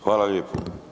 Hvala lijepo.